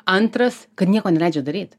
antras kad nieko neleidžia daryt